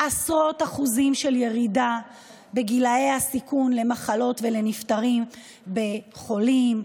עשרות אחוזים של ירידה בגילי הסיכון למחלות ולנפטרים בחולים,